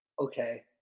Okay